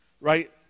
right